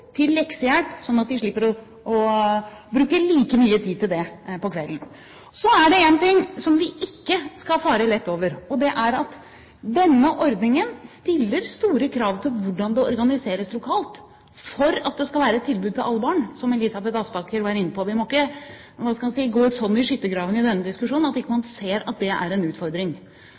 til leksehjelp, slik at de slipper å bruke like mye tid på det om kvelden. Så er det noe som vi ikke skal fare lett over. Det er at denne ordningen stiller store krav til hvordan det organiseres lokalt for at det skal være et tilbud til alle barn, som Elisabeth Aspaker var inne på. Vi må ikke – hva skal jeg si – gå slik i skyttergravene i denne diskusjonen at man ikke ser at det er en utfordring.